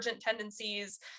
tendencies